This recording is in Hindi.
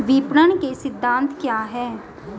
विपणन के सिद्धांत क्या हैं?